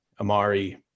Amari